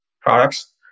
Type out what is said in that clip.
products